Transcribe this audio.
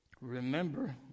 remember